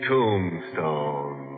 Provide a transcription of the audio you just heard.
Tombstone